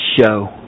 show